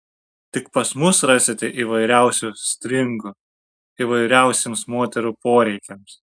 tik pas mus rasite įvairiausių stringų įvairiausiems moterų poreikiams